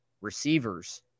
receivers